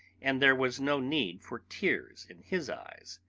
and there was no need for tears in his eyes.